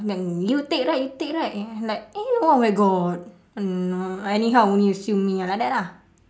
and then you take right you take right like eh no where got anyhow only assume me ah like that ah